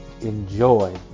enjoy